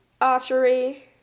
archery